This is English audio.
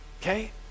okay